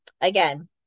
again